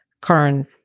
current